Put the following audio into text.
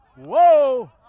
Whoa